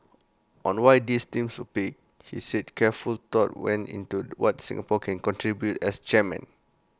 on why these themes were picked he said careful thought went into what Singapore can contribute as chairman